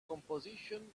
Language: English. composition